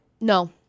No